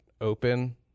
open